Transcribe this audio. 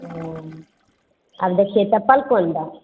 हँ आर देखियै चप्पल कोन दी